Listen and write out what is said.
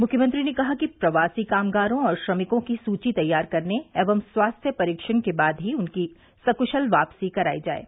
मुख्यमंत्री ने कहा कि प्रवासी कामगारों और श्रमिकों की सूची तैयार करने एवं स्वास्थ्य परीक्षण के बाद ही उनकी सकुशल वापसी कराई जाये